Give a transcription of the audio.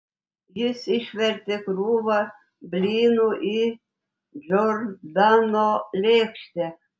jis išvertė krūvą blynų į džordano lėkštę